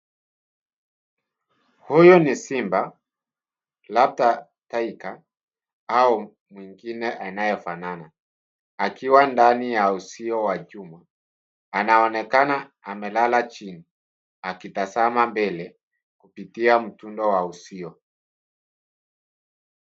Huyu ni simba labda elka au mwingine anayefanana, akiwa ndani ya uzio wa chuma, anaonekana amelala chini akitazama mbele kupitia mtundo wa uzio.